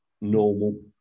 normal